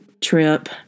trip